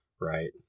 Right